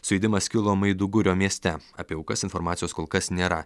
sujudimas kilo maidugurio mieste apie aukas informacijos kol kas nėra